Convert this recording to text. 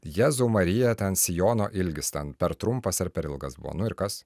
jezau marija ten sijono ilgis ten per trumpas ar per ilgas buvo nu ir kas